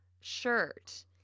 shirt